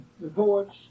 reports